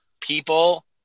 people